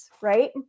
right